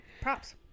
props